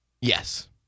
Yes